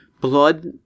blood